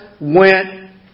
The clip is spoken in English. went